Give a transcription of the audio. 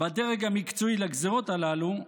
בדרג המקצועי לגזרות הללו,